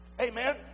Amen